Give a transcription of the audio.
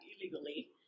illegally